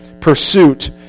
pursuit